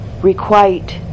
Requite